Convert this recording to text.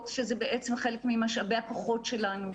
שזה בעצם חלק ממשאבי הכוחות שלנו.